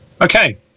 Okay